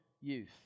youth